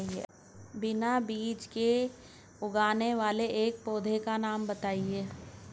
बिना बीज के उगने वाले एक पौधे का नाम बताइए